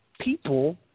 people